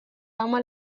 hamar